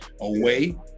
away